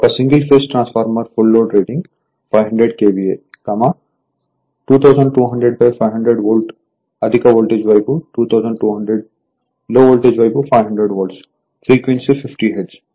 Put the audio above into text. ఒక single phase transformer full load rating 500 KVA 2200 500 volt అధిక voltage వైపు 2200 లో వోల్టేజ్ వైపు 500 వోల్ట్ ఫ్రీక్వెన్సీ 50 హెర్ట్జ్